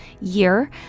year